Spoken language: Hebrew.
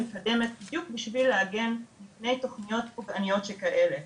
מקדמת בדיוק בשביל להגן מפני תוכניות פוגעניות שכאלה.